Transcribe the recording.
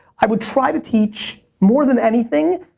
i would try to teach, more than anything,